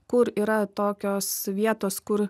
kur yra tokios vietos kur